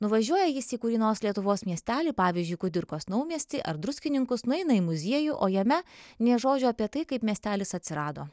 nuvažiuoja jis į kurį nors lietuvos miestelį pavyzdžiui kudirkos naumiestį ar druskininkus nueina į muziejų o jame nė žodžio apie tai kaip miestelis atsirado